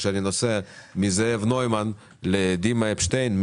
כשאני נוסע מזאב נוימן לדימה אפשטיין,